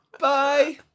bye